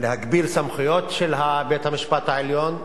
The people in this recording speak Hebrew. צריך להגביל את הסמכויות של בית-המשפט העליון,